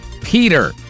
Peter